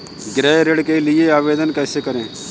गृह ऋण के लिए आवेदन कैसे करें?